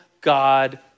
God